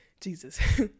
Jesus